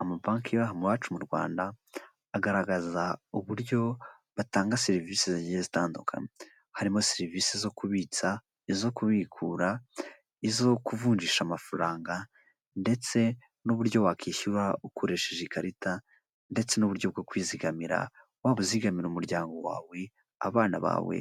Amabanki aba aha iwacu mu Rwanda agaragaza uburyo batanga serivisi zigiye zitandukanye. Harimo serivisi zo kubitsa, izo kubikura, izo kuvunjisha amafaranga ndetse n'uburyo wakwishyura ukoresheje ikarita ndetse n'uburyo bwo kwizigamira waba uzigamira umuryango wawe, abana bawe,